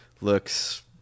looks